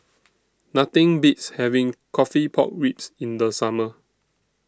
Nothing Beats having Coffee Pork Ribs in The Summer